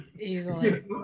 Easily